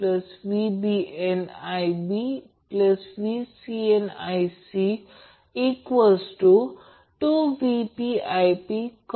पण त्या लाईनला Vp सर्व बॅलन्सड आहे असे म्हणा म्हणून ते VAN VBN VCN आहे